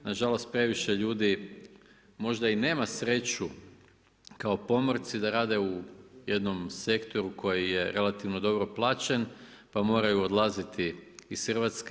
Nažalost previše ljudi možda i nema sreću kao pomorci da rade u jednom sektoru koji je relativno dobro plaćen pa moraju odlaziti iz Hrvatske.